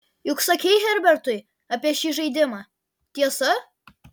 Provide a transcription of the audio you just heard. juk sakei herbertui apie šį žaidimą tiesa